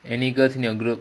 any girls in your group